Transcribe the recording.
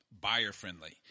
buyer-friendly